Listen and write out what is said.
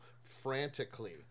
frantically